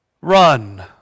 Run